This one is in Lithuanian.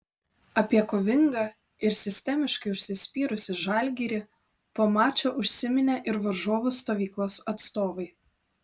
apie kovingą ir sistemiškai užsispyrusį žalgirį po mačo užsiminė ir varžovų stovyklos atstovai